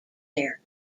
there